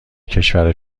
کشور